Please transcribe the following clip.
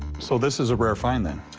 so this is a rare find, then.